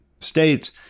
states